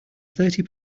thirty